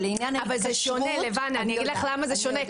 אבל לעניין --- אני אגיד לך למה זה שונה.